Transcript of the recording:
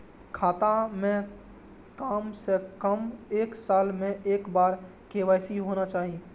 खाता में काम से कम एक साल में एक बार के.वाई.सी होना चाहि?